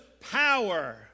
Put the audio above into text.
power